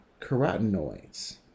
carotenoids